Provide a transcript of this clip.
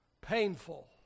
painful